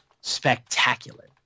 spectacular